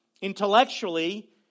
Intellectually